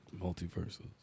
multiverses